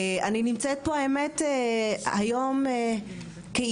אני נמצאת פה האמת היום כאישה,